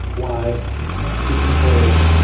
why do people